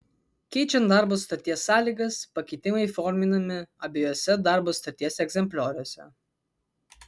keičiant darbo sutarties sąlygas pakeitimai įforminami abiejuose darbo sutarties egzemplioriuose